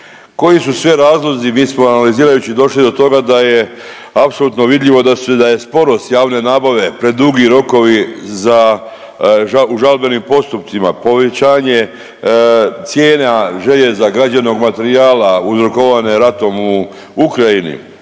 Koji su sve razlozi mi smo analizirajući došli do toga da je apsolutno vidljivo da je sporost javne nabave predugi rokovi u žalbenim postupcima, povećanje cijena željeza, građevnog materijala uzrokovane ratom u Ukrajini,